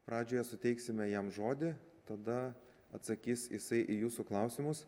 pradžioje suteiksime jam žodį tada atsakys jisai į jūsų klausimus